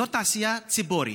אזור תעשייה ציפורי,